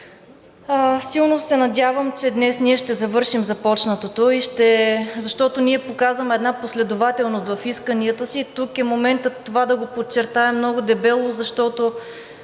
Силно се надявам, че днес ние ще завършим започнатото, защото показваме една последователност в исканията си. Тук е моментът това да го подчертаем много дебело, защото